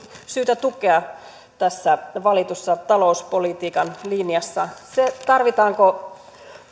syytä tukea tässä valitussa talouspolitiikan linjassa se tarvitseeko